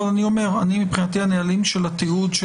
אני אומר שמבחינתי הנהלים של התיעוד של